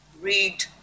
Read